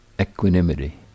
equanimity